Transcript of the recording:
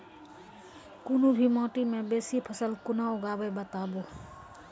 कूनू भी माटि मे बेसी फसल कूना उगैबै, बताबू?